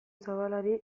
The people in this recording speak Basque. zabalari